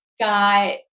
got